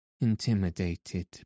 intimidated